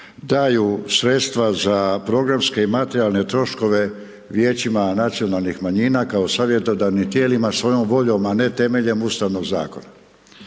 daju sredstva za programske i materijalne troškove vijećima nacionalnih manjina kao savjetodavnim tijelima svojom voljom a ne temeljem ustavnog zakona.